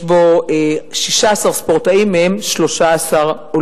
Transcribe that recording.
יש בו 16 ספורטאים, מהם 13 עולים.